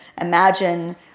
imagine